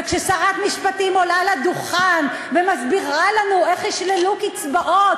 כששרת משפטים עולה לדוכן ומסבירה לנו איך ישללו קצבאות